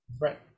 Right